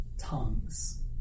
tongues